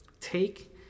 take